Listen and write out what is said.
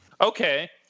Okay